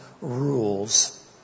rules